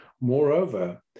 Moreover